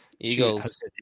Eagles